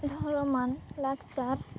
ᱫᱷᱚᱨᱚᱢ ᱟᱨ ᱞᱟᱠᱪᱟᱨ